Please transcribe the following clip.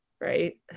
right